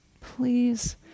please